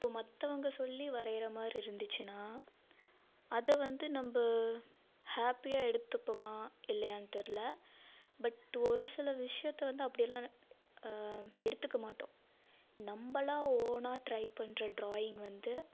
இப்போ மற்றவங்க சொல்லி வரைகிற மாதிரி இருந்துச்சுன்னா அது வந்து நம்ப ஹாப்பியாக எடுத்துப்போமா இல்லையான்னு தெரில பட்டு ஒரு சில விஷயத்தை வந்து அப்படியெல்லாம் எடுத்துக்கமாட்டோம் நம்பளா ஒவ்வொன்றா ட்ரை பண்ணுற ட்ராயிங் வந்து